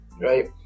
right